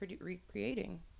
recreating